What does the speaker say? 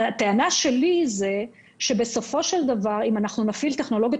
הטענה שלי היא שבסופו של דבר אם אנחנו נפעיל טכנולוגיות